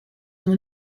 dans